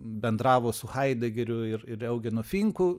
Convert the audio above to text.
bendravo su haidegeriu ir ir eugenu finku